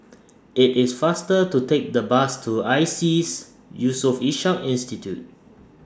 IT IS faster to Take The Bus to ISEAS Yusof Ishak Institute